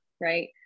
right